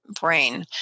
brain